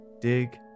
Dig